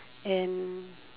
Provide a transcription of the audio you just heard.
and